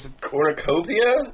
Cornucopia